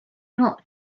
not